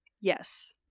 Yes